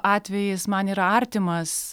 atvejis man yra artimas